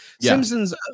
Simpsons